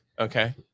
okay